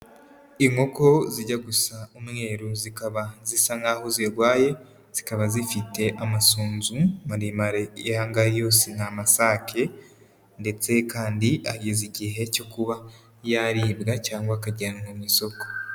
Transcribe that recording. Inkoko zijya gusa umweru zikaba zisa nkaho zirwaye, zikaba zifite amasunzu maremare, aya ngaya yose ni amasake ndetse kandi ageze igihe cyo kuba yaribwa cyangwa akajyanwa mu isoko.